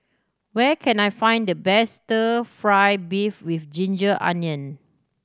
where can I find the best Stir Fry beef with ginger onion